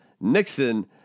Nixon